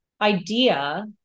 idea